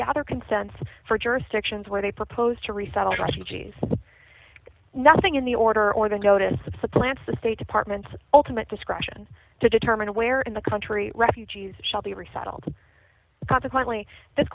gather consensus for jurisdictions where they propose to resettle refugees nothing in the order or the notice of supplants the state department's ultimate discretion to determine where in the country refugees shall be resettled consequently th